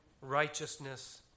righteousness